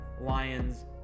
Lions